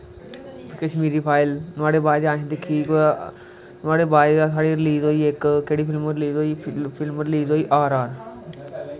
Kashmiri file नोहाढ़े बाद असैं दिक्खी नोहाढ़े बाद साढ़ी इक रलिज़ होई केह्ड़ी फिल्म रलीज़ होई फिल्म रलीज़ होई आर आर